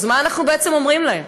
אז מה אנחנו בעצם אומרים להם?